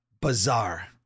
Bizarre